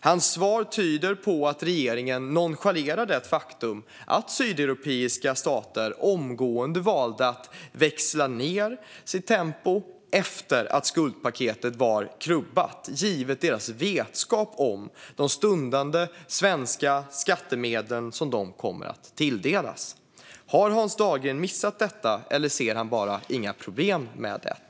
Hans svar tyder på att regeringen nonchalerar det faktum att sydeuropeiska stater omgående valde att växla ned tempot efter att skuldpaketet var klubbat, givet vetskapen om de stundande svenska skattemedel som de kommer att tilldelas. Har Hans Dahlgren missat detta, eller ser han inga problem med det?